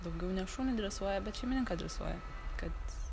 daugiau ne šunį dresuoja bet šeimininką dresuoja kad